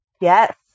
Yes